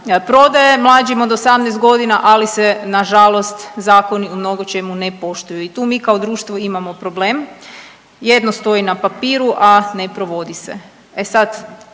prodaje mlađim od 18 godina, ali se nažalost zakoni u mnogočemu ne poštuju i tu mi kao društvo imamo problem. Jedno stoji na papiru, a ne provodi se. E sad,